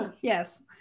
Yes